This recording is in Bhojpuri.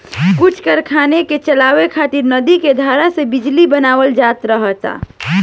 कुछ कारखाना के चलावे खातिर नदी के धारा से बिजली बनावल जात रहे